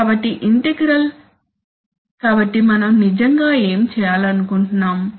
కాబట్టి ఇంటెగ్రల్ కాబట్టి మనం నిజంగా ఏమి చేయాలనుకుంటున్నాము